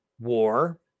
war